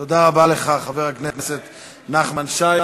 תודה רבה לך, חבר הכנסת נחמן שי.